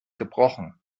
gebrochen